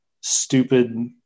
stupid